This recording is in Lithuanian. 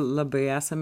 labai esam